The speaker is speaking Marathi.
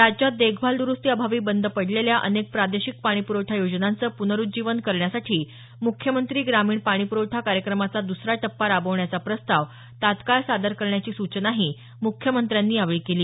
राज्यात देखभाल दरुस्ती अभावी बंद पडलेल्या अनेक प्रादेशिक पाणीप्रवठा योजनांचं पुनरुज्जीवन करण्यासाठी मुख्यमंत्री ग्रामीण पाणीपुरवठा कार्यक्रमाचा द्सरा टप्पा राबवण्याचा प्रस्ताव तत्काळ सादर करण्याची सूचनाही मुख्यमंत्र्यांनी यावेळी केली